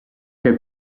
che